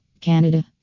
Canada